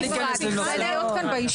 בדיון התגלתה תמונה מאוד מטרידה,